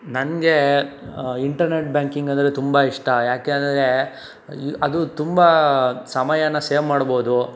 ನನಗೆ internet banking ಅಂದರೆ ತುಂಬ ಇಷ್ಟ ಯಾಕೆ ಅಂದರೆ ಅದು ತುಂಬ ಸಮಯಾನ ಸೇವ್ ಮಾಡ್ಬೌದು